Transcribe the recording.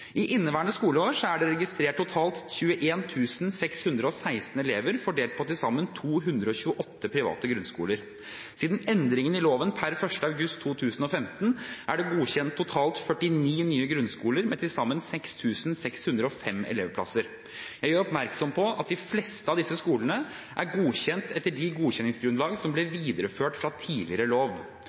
I inneværende skoleår er det registrert totalt 21 616 elever fordelt på til sammen 228 private grunnskoler. Siden endringene i loven per 1. august 2015 er det godkjent totalt 49 nye grunnskoler med til sammen 6 605 elevplasser. Jeg gjør oppmerksom på at de fleste av disse skolene er godkjent etter de godkjenningsgrunnlag som ble videreført fra tidligere lov.